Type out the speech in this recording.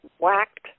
whacked